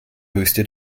höchste